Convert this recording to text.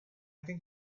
think